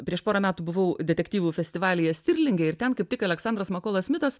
prieš porą metų buvau detektyvų festivalyje stirlinge ir ten kaip tik aleksandras makolas smitas